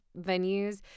venues